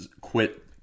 quit